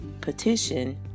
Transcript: Petition